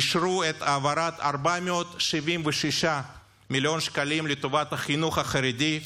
אישרו העברת 476 מיליון שקלים לטובת החינוך החרדי,